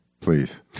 please